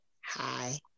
Hi